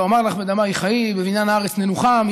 ואומר לך בדמייך חיי, בבניין הארץ ננוחם.